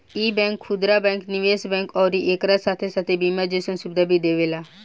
इ बैंक खुदरा बैंक, निवेश बैंक अउरी एकरा साथे साथे बीमा जइसन सुविधा भी देवेला